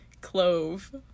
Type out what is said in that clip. clove